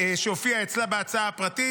שהופיע אצלה בהצעה הפרטית.